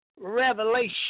Revelation